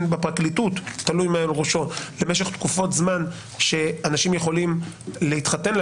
בפרקליטות תלוי מעל לראשו למשך תקופות זמן שאנשים יכולים להתחתן,